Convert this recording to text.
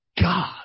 God